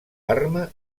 arma